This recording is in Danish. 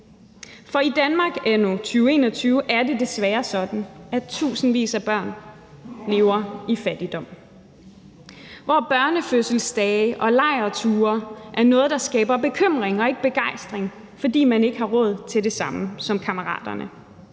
for i Danmark anno 2021 er det desværre sådan, at tusindvis af børn lever i fattigdom, hvor børnefødselsdage og lejrture er noget, der skaber bekymring og ikke begejstring, fordi man ikke har råd til det samme som kammeraterne,